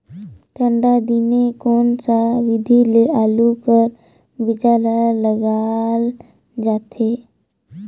ठंडा दिने कोन सा विधि ले आलू कर बीजा ल लगाल जाथे?